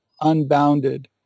unbounded